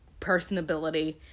personability